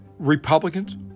Republicans